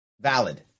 valid